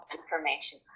information